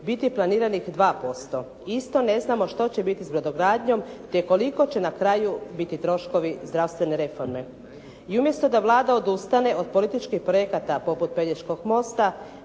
biti planiranih 2%. I isto ne znamo što će biti s brodogradnjom, te koliko će na kraju biti troškovi zdravstvene reforme. I umjesto da Vlada odustane od političkih projekata poput Pelješkog mosta,